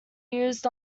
used